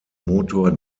motor